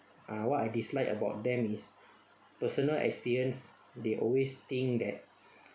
ah what I dislike about them is personal experience they always think that